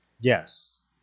Yes